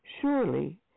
Surely